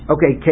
Okay